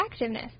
activeness